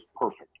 perfect